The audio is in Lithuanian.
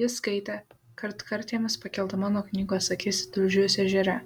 ji skaitė kartkartėmis pakeldama nuo knygos akis į tulžius ežere